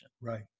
Right